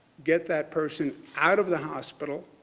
get that person out of the hospital